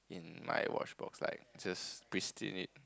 in my watch box like just pristine it